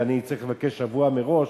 ואני צריך לבקש שבוע מראש,